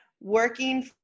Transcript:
working